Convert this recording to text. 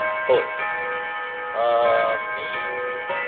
होय मी